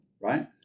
right